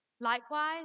Likewise